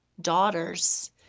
daughter's